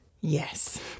Yes